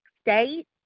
state